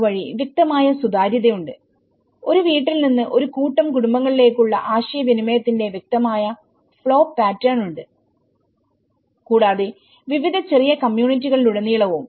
അതുവഴി വ്യക്തമായ സുതാര്യതയുണ്ട് ഒരു വീട്ടിൽ നിന്ന് ഒരു കൂട്ടം കുടുംബങ്ങളിലേക്കുള്ള ആശയവിനിമയത്തിന്റെ വ്യക്തമായ ഫ്ലോ പാറ്റേണുണ്ട് കൂടാതെ വിവിധ ചെറിയ കമ്മ്യൂണിറ്റികളിലുടനീളവും